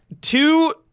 two